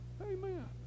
Amen